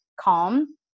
calm